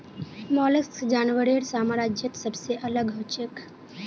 mollusc जानवरेर साम्राज्यत सबसे अलग हछेक